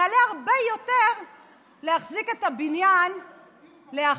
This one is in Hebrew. יעלה הרבה יותר להחזיק את הבניין לאחר